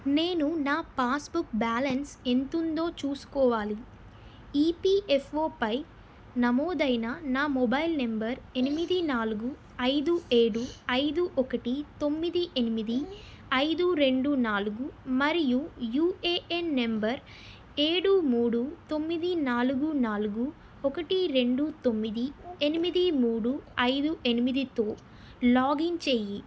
నేను నా passbook balance ఎంతుందో చూసుకోవాలి ఈపియఫ్ఓపై నమోదైన నా మొబైల్ నెంబర్ ఎనిమిది నాలుగు ఐదు ఏడు ఐదు ఒకటి తొమ్మిది ఎనిమిది ఐదు రెండు నాలుగు మరియు యూఏయన్ నెంబర్ ఏడు మూడు తొమ్మిది నాలుగు నాలుగు ఒకటి రెండు తొమ్మిది ఎనిమిది మూడు ఐదు ఎనిమిదితో లాగిన్ చెయ్యి